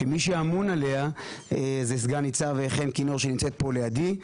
שמי שאמון עליה זה סנ"צ חן כינור שנמצאת פה לידי.